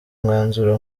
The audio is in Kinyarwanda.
umwanzuro